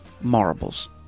marbles